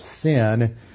sin